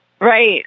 Right